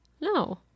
No